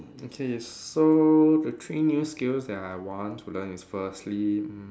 okay so the three new skills that I want to learn is firstly mm